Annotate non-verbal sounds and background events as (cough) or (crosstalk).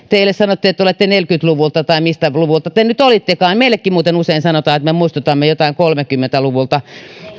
(unintelligible) teille sanottiin että olette neljäkymmentä luvulta tai miltä luvulta te nyt olittekaan meillekin muuten usein sanotaan että me muistutamme jotain kolmekymmentä lukulaisia